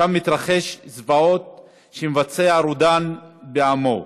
שם מתרחשות זוועות שמבצע רודן בעמו.